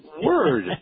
Word